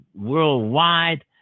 worldwide